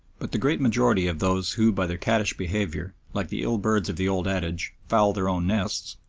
but the great majority of those who by their caddish behaviour, like the ill-birds of the old adage, foul their own nests,